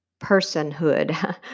personhood